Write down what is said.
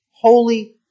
holy